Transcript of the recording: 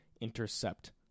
intercept